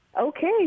Okay